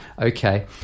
okay